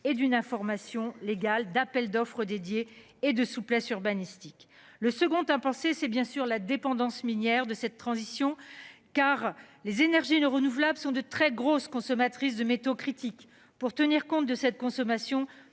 et d'une information légale d'appel d'offres dédié et de souplesse urbanistique. Le second a penser c'est bien sûr la dépendance minière de cette transition car les énergies de renouvelables sont de très grosses consommatrices de métaux critiques, pour tenir compte de cette consommation.